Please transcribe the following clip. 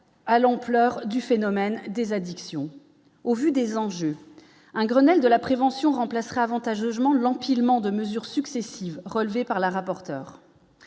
à l'ampleur du phénomène des addictions au vu des enjeux, un Grenelle de la prévention remplacerait avantageusement l'empilement de mesures successives, relevé par la rapporteure